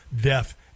death